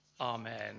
Amen